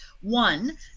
one